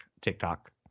TikTok